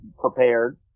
prepared